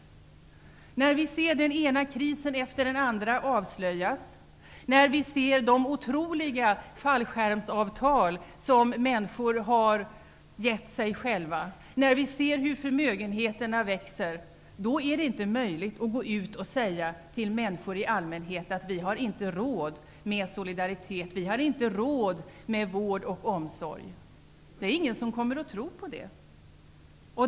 Vi ser den ena krisen efter den andra avslöjas. Vi ser de otroliga fallskärmsavtal som människor har gett sig själva. Vi ser hur förmögenheterna växer. Det är då inte möjligt att gå ut och säga till människor i allmänhet och säga: Vi har inte råd med solidaritet, vi har inte råd med vård och omsorg. Det är ingen som kommer att tro på det.